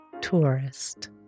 tourist